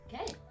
Okay